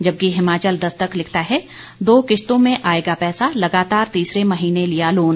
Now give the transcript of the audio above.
जबकि हिमाचल दस्तक लिखता है दो किश्तों में आएगा पैसा लगतार तीसरे महीने लिया लोन